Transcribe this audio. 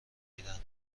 میدن